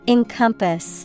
Encompass